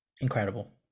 incredible